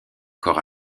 corps